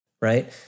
Right